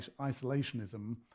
isolationism